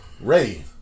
Ray